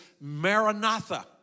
maranatha